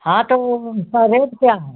हाँ तो वो उसका रेट क्या है